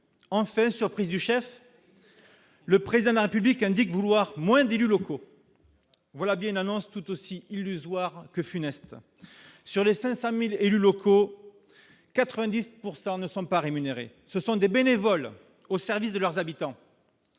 enfin, surprise du chef, le président de la République, indique vouloir moins d'élus locaux, voilà bien annoncent tout aussi illusoire que funeste sur les 500000 élus locaux 90 pourcent ne ne sont pas rémunérés, ce sont des bénévoles au service de leurs habitants